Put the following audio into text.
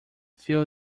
few